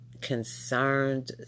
concerned